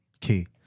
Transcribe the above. Key